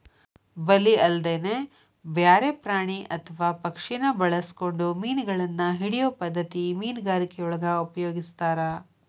ಬಲಿ ಅಲ್ಲದನ ಬ್ಯಾರೆ ಪ್ರಾಣಿ ಅತ್ವಾ ಪಕ್ಷಿನ ಬಳಸ್ಕೊಂಡು ಮೇನಗಳನ್ನ ಹಿಡಿಯೋ ಪದ್ಧತಿ ಮೇನುಗಾರಿಕೆಯೊಳಗ ಉಪಯೊಗಸ್ತಾರ